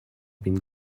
been